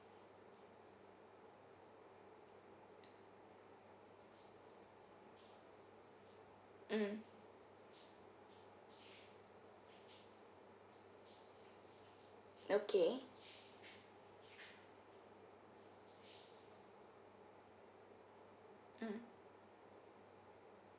mm okay mm